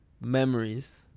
memories